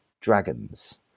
dragons